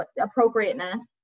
appropriateness